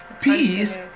Peace